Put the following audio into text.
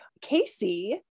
Casey